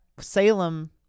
Salem